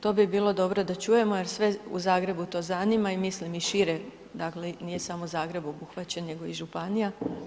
To bi bilo dobro da čujemo jer sve u Zagrebu to zanima i mislim i šire dakle nije samo Zagreb obuhvaćen nego i županija.